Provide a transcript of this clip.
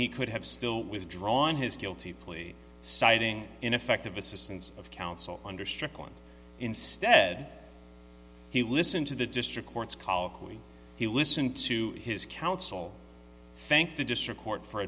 he could have still withdrawn his guilty plea citing ineffective assistance of counsel under strickland instead he listened to the district court's colloquy he listened to his counsel thank the district court for